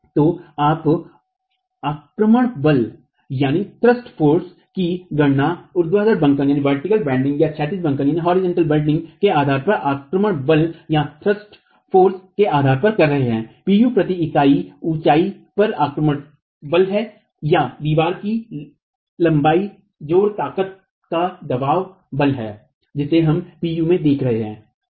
तो आप आक्रमण बल की गणना उर्द्वाधर बंकन या क्षेतिज बंकन के आधार पर आक्रमण बल के आधार पर कर रहे हैं Pu प्रति इकाई ऊँचाई पर आक्रमण बल है या दीवार की लंबाई जोर ताकतों का दबाना बल है जिसे हम Pu में देख रहे थे